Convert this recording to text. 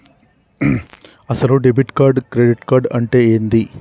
అసలు debit card credit card అంటే ఏంది?